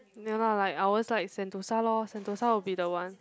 ya lah like ours like Sentosa lor Sentosa will be the one